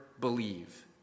believe